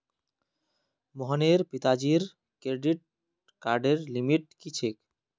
मोहनेर पिताजीर क्रेडिट कार्डर लिमिट की छेक